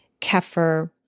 kefir